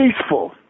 peaceful